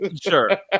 sure